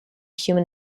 human